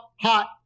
hot